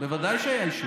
היה אישור,